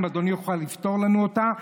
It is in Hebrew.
אם אדוני יוכל לפתור לנו אותה,